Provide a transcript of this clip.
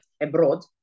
abroad